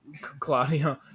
Claudio